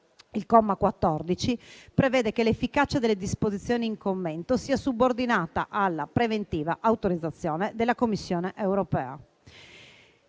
Il comma 14 prevede che l'efficacia delle disposizioni in commento sia subordinata alla preventiva autorizzazione della Commissione europea.